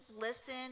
listen